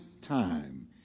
time